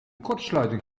kortsluiting